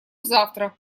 завтра